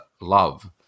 love